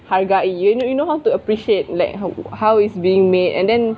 hargai you know how to appreciate like how how it's being made and then